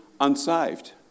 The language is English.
unsaved